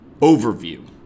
Overview